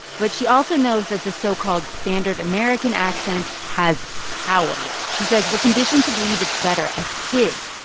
but she also knows that the so-called standard american accent has power. she says we're conditioned to believe it's better, as kids,